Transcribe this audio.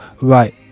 right